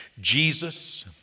Jesus